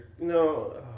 no